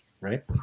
right